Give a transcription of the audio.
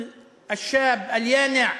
היינו אתכם אז,